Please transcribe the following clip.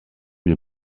wir